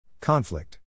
Conflict